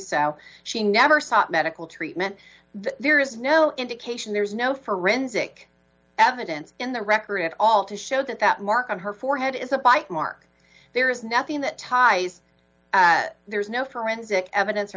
so she never sought medical treatment there is no indication there's no forensic evidence in the record at all to show that that mark on her forehead is a bite mark there is nothing that ties there's no forensic evidence